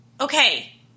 okay